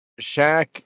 Shaq